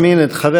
אחריו,